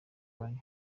wanyu